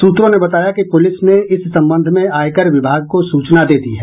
सूत्रों ने बताया कि पुलिस ने इस संबंध में आयकर विभाग को सूचना दे दी है